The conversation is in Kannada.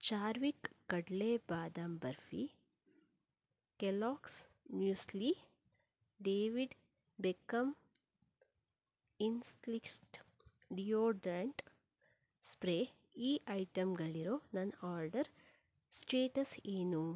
ಚಾರ್ವಿಕ್ ಕಡಲೆ badam barfi Kellogg's muesli David Beckham Instinct deodorant spray ಈ ಐಟಮ್ಗಳಿರೋ ನನ್ನ ಆರ್ಡರ್ ಸ್ಟೇಟಸ್ ಏನು